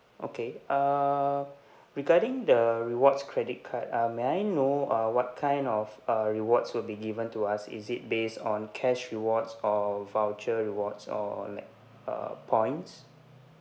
okay err regarding the rewards credit card um may I know uh what kind of uh rewards will be given to us is it based on cash rewards or voucher rewards or like uh points